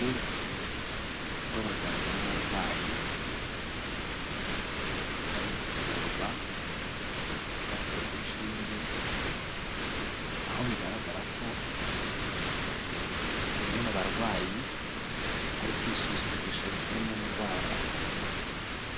Uruhurirane rw'abaganga n'abarwayi bari kuvurwa baterwa inshinge aho bigaragara ko bu umwe mu barwayi ari kwisuzumisha zimwe mu ndwara